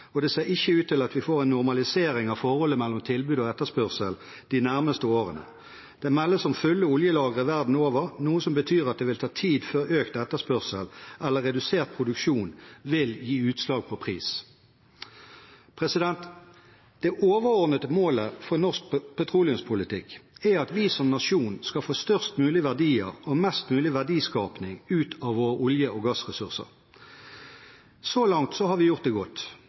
og det ser ikke ut til at vi får en normalisering av forholdet mellom tilbud og etterspørsel de nærmeste årene. Det meldes om fulle oljelagre verden over, noe som betyr at det vil ta tid før økt etterspørsel eller redusert produksjon vil gi utslag på pris. Det overordnede målet for norsk petroleumspolitikk er at vi som nasjon skal få størst mulig verdier og mest mulig verdiskaping ut av våre olje- og gassressurser. Så langt har vi gjort det godt.